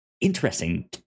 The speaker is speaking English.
Interesting